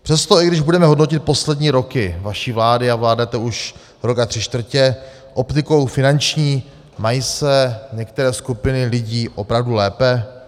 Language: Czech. Přesto, i když budeme hodnotit poslední roky vaší vlády, a vládnete už rok a tři čtvrtě, optikou finanční mají se některé skupiny lidí opravdu lépe?